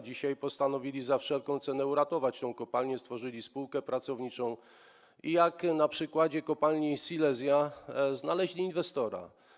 Dzisiaj postanowili za wszelką cenę uratować tę kopalnię, stworzyli spółkę pracowniczą i idąc za przykładem kopalni Silesia, znaleźli inwestora.